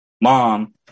mom